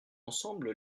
ensemble